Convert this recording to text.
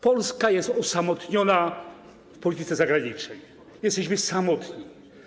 Polska jest osamotniona w polityce zagranicznej, jesteśmy samotni.